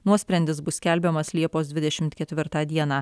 nuosprendis bus skelbiamas liepos dvidešimt ketvirtą dieną